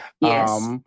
Yes